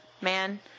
man